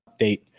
update